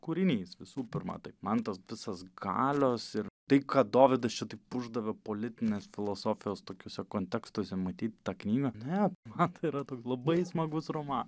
kūrinys visų pirma taip man tos visos galios ir tai kad dovydas čia taip uždavė politinės filosofijos tokiuose kontekstuose matyt tą knygą ne man tai yra toks labai smagus romanas